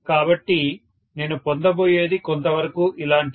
కాబట్టి నేను పొందబోయేది కొంతవరకు ఇలాంటిదే